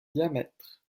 diamètre